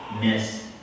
miss